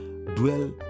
Dwell